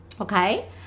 okay